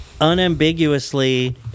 unambiguously